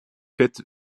fit